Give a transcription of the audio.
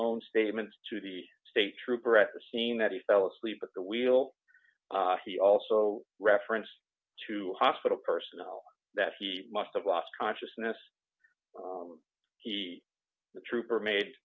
own statements to the state trooper at the scene that he fell asleep at the wheel he also referenced to hospital personnel that he must have lost consciousness he the trooper made